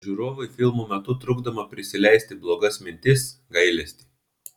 žiūrovui filmo metu trukdoma prisileisti blogas mintis gailestį